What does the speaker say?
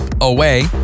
away